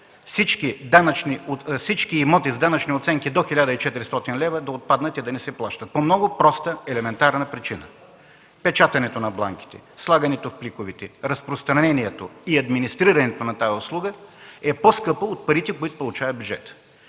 всички имоти с данъчни оценки до 1400 лв. да отпаднат и да не се плаща данък – по много проста, елементарна причина: печатането на бланките, слагането им в пликовете, разпространението и администрирането на тази услуга е по-скъпо от парите, които се очакват в бюджета.